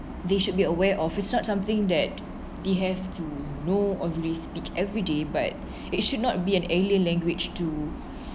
they should be aware of such something that they have to know of really speak every day but it should not be an alien language to